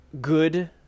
good